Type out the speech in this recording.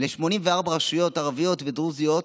ל-84 רשויות ערביות ודרוזיות